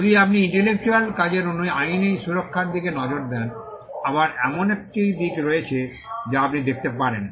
যদি আপনি ইন্টেলেকচুয়াল কাজের আইনী সুরক্ষার দিকে নজর দেন আবার এমন একটি দিক রয়েছে যা আপনি দেখতে পারেন